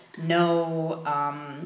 no